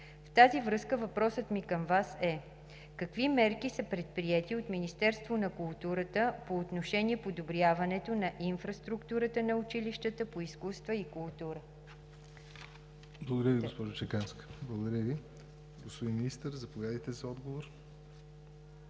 В тази връзка въпросът ми към Вас е: какви мерки са предприети от Министерството на културата по отношение подобряването на инфраструктурата на училищата по изкуства и култура? ПРЕДСЕДАТЕЛ ЯВОР НОТЕВ: Благодаря Ви, госпожо Чеканска. Господин Министър, заповядайте за отговор.